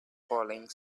falling